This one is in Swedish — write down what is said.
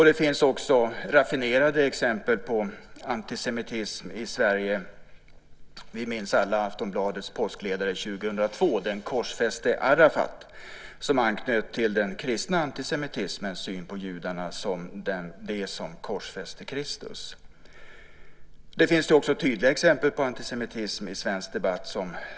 Det finns också raffinerade exempel på antisemitism i Sverige. Vi minns alla Aftonbladets påskledare 2002 om den korsfäste Arafat, som anknöt till den kristna antisemitismens syn på judarna som de som korsfäste Kristus. Det finns också tydliga exempel på antisemitism i svensk debatt.